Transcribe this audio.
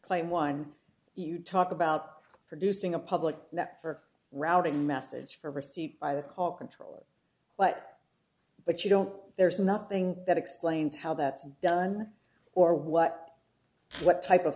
claim one you talk about producing a public that routing message for receipt by the call controller but but you don't there's nothing that explains how that's done or what what type of